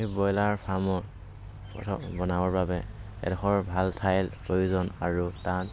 সেই ব্ৰইলাৰ ফাৰ্মৰ প্ৰথম বনাবৰ বাবে এডোখৰ ভাল ঠাইৰ প্ৰয়োজন আৰু তাত